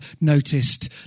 noticed